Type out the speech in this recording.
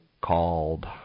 called